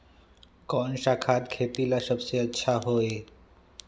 कौन सा खाद खेती ला सबसे अच्छा होई?